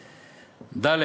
ד.